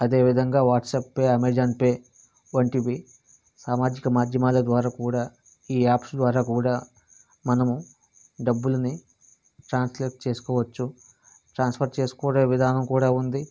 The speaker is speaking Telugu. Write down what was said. అదేవిధంగా వాట్స్అప్ పే అమెజాన్ పే వంటివి సామాజిక మాధ్యమాల ద్వారా కూడా ఈ యాప్స్ ద్వారా కూడా మనము డబ్బులని ట్రాన్స్లేట్ చేసుకోవచ్చు ట్రాన్స్ఫర్ చేసుకునే విధానం కూడా ఉంది